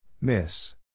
Miss